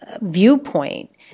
viewpoint